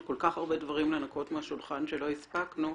כל כך הרבה דברים לנקות מהשולחן שלא הספקנו,